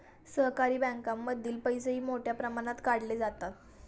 सहकारी बँकांमधील पैसेही मोठ्या प्रमाणात काढले जातात